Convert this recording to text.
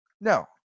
No